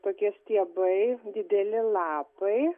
tokie stiebai dideli lapai